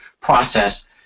process